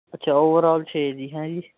ਅੱਛਾ ਓਵਰਆਲ ਛੇ ਜੀ ਹੈ ਜੀ